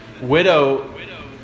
widow